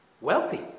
wealthy